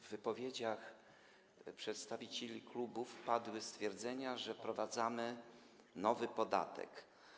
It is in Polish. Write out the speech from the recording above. W wypowiedziach przedstawicieli klubów padły stwierdzenia, że wprowadzamy nowy podatek.